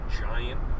giant